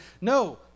no